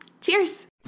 Cheers